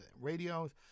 radios